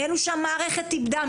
מאלו שהמערכת איבדה.